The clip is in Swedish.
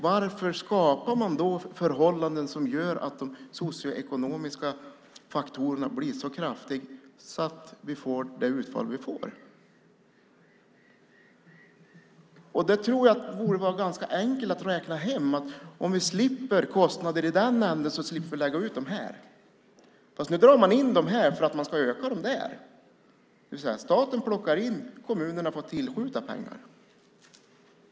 Varför skapar man då förhållanden som gör att de socioekonomiska effekterna blir så kraftiga att vi får det utfall vi får? Det vore ganska enkelt att räkna på det. Om vi lägger ut kostnader i den ena änden slipper vi lägga ut dem i den andra. Nu drar man in medlen här för att man ska öka dem där, det vill säga att staten plockar in medan kommunerna får tillskjuta pengar.